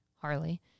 Harley